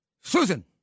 Susan